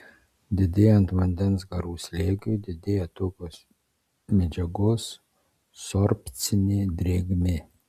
didėjant vandens garų slėgiui didėja tokios medžiagos sorbcinė drėgmė